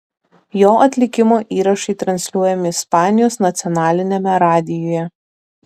jo atlikimo įrašai transliuojami ispanijos nacionaliniame radijuje